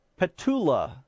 Petula